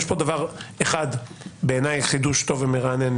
בעיניי יש פה דבר אחד שהוא חידוש טוב ומרענן: